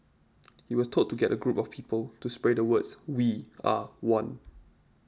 he was told to get a group of people to spray the words we are one